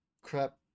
crap